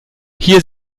hier